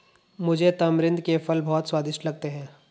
मुझे तमरिंद के फल बहुत स्वादिष्ट लगते हैं